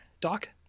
doc